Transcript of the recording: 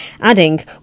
adding